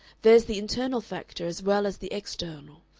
there's the internal factor as well as the external.